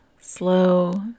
slow